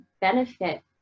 benefit